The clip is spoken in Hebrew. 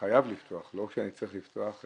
לא רק שצריך לפתוח,